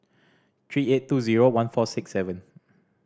three eight two zero one four six seven